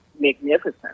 magnificent